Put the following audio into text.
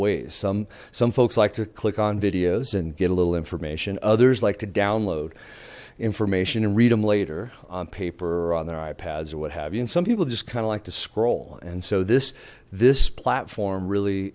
ways some some folks like to click on videos and get a little information others like to download information and read them later on paper or on their ipads or what have you and some people just kind of like to scroll and so this this platform really